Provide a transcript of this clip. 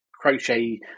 crochet